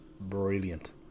brilliant